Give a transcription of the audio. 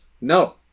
No